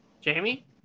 Jamie